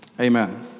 Amen